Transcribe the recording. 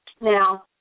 now